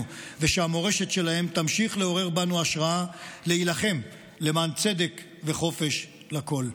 ושהמורשת שלהם תמשיך לעורר בנו השראה להילחם למען צדק וחופש לכול.